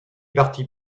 partie